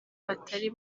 batari